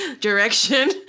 direction